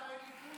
ראתה אין ליכוד,